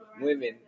women